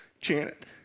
Janet